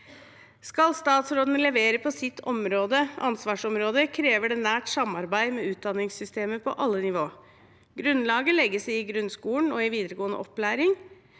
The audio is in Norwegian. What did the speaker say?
Skal statsråden levere på sitt ansvarsområde, krever det nært samarbeid med utdanningssystemet på alle nivå. Grunnlaget legges i grunnskolen og i videregående opplæring,